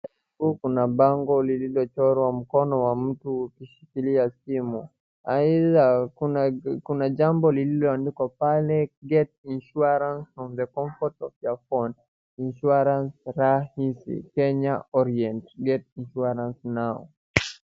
Hapa kuna bango lililochorwa mkono wa mtu ukishikilia simu. Aidha, kuna jambo lililoandikwa pale Get insurance from the comfort of your phone. Insurance Rah Easy Kenya Orient. Get insurance now .